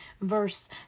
verse